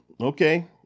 okay